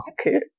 okay